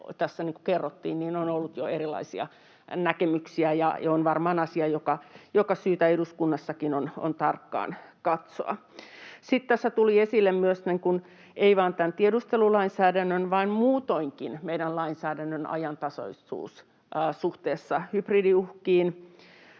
on ollut jo erilaisia näkemyksiä. Tämä on varmaan asia, joka on syytä eduskunnassakin tarkkaan katsoa. Sitten tässä tuli esille ei vain tämän tiedustelulainsäädännön vaan muutoinkin meidän lainsäädännön ajantasaisuus suhteessa hybridiuhkiin.